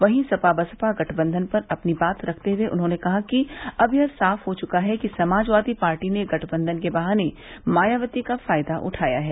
वहीं सपा बसपा गठबंधन पर अपनी बात रखते हुए उन्होंने कहा कि अब यह साफ हो चुका है कि समाजवादी पार्टी ने गठबंधन के बहाने मायावती का फायदा उठाया है